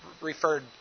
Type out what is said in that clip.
Referred